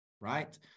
right